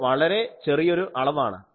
ഇത് വളരെ ചെറിയൊരു അളവാണ്